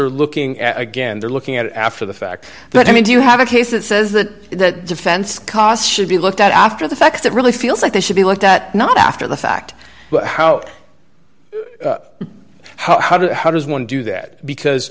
are looking at again they're looking at after the fact that i mean do you have a case that says that the defense costs should be looked at after the fact that really feels like they should be looked at not after the fact but how how did how does one do that because